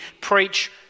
preach